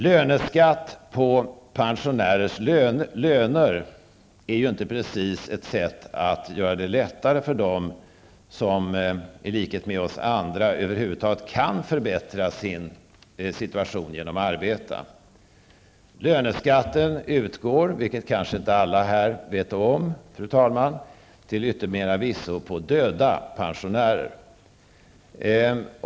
Löneskatt på pensionärers löner är inte precis något sätt att göra det lättare för dem som i likhet med oss andra över huvud taget kan förbättra sin situation genom att arbeta. Alla kanske inte känner till det, men löneskatten utgår till yttermera visso på döda pensionärer.